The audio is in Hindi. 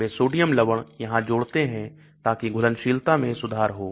बे सोडियम लवण यहां जुड़ते हैं ताकि घुलनशीलता में सुधार हो